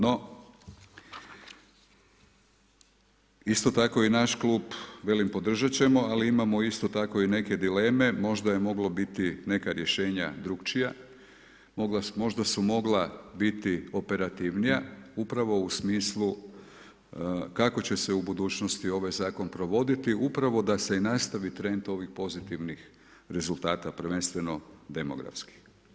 No, isto tkao i naš klub, velim podržati ćemo, ali imamo isto tako i neke dileme, možda je moglo biti neke rješenja drugačija, možda su mogla biti operativnija, upravo u smislu kako će se u budućnosti ovaj zakon provoditi, upravo da se i nastavi trend ovih pozitivnih rezultata, prvenstveno demografski.